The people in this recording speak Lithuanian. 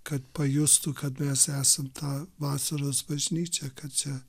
kad pajustų kad mes esam ta vasaros bažnyčia kad čia